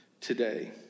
today